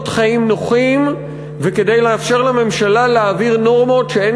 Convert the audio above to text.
חיים נוחים וכדי לאפשר לממשלה להעביר נורמות שאין